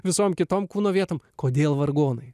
visom kitom kūno vietų kodėl vargonai